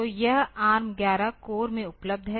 तो यह ARM11 core में उपलब्ध है